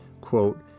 quote